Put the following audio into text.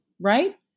right